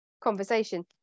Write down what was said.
conversation